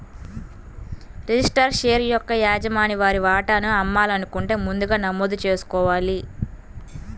registered share యొక్క యజమాని వారి వాటాను అమ్మాలనుకుంటే ముందుగా నమోదు చేసుకోవాలి